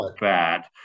bad